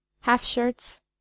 half-shirts